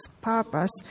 purpose